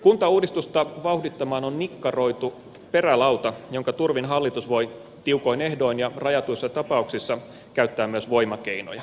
kuntauudistusta vauhdittamaan on nikkaroitu perälauta jonka turvin hallitus voi tiukoin ehdoin ja rajatuissa tapauksissa käyttää myös voimakeinoja